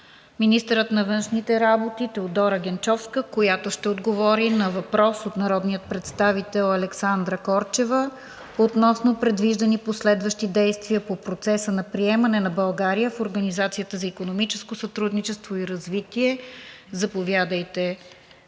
министъра на външните работи Теодора Генчовска, която ще отговори на въпрос от народния представител Александра Корчева относно предвиждани последващи действия по процеса на приемане на България в Организацията за икономическо сътрудничество и развитие. Заповядайте,